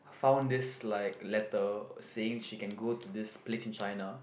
found this like letter saying she can go to this place in China